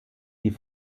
die